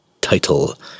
title